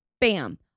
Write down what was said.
bam